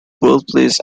birthplace